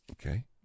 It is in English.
okay